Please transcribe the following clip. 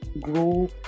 grow